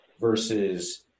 versus